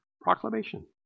proclamation